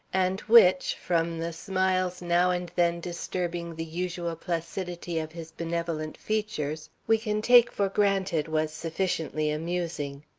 and which, from the smiles now and then disturbing the usual placidity of his benevolent features, we can take for granted was sufficiently amusing.